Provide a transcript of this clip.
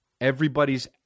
everybody's